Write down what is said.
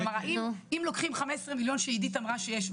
כלומר אם לוקחים 15 מיליון שעידית אמרה שיש,